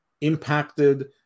impacted